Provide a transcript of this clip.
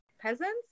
peasants